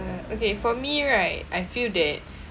uh okay for me right I feel that